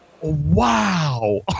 Wow